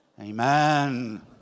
amen